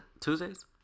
Tuesdays